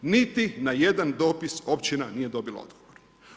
Niti na jedan dopis općina nije dobila odgovor.